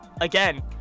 again